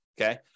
okay